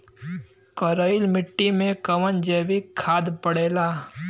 करइल मिट्टी में कवन जैविक खाद पड़ेला?